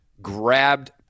grabbed –